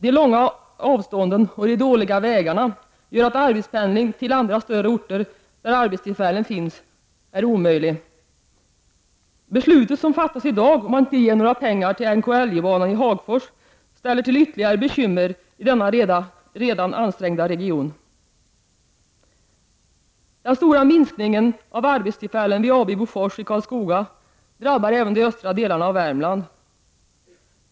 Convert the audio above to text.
De långa avstånden och de dåliga vägarna gör att arbetspendling till andra större orter där arbetstillfällen finns är omöjlig. Beslutet i dag att inte ge pengar till NK1J-banan i Hagfors ställer till ytterligare bekymmer i denna redan ansträngda region. Den stora minskningen av arbetstillfällen vid AB Bofors i Karlskoga drabbar även de östra delarna av Värmland.